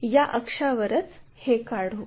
तर या अक्षावरच हे काढू